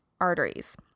arteries